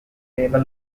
label